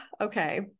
okay